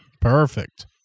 perfect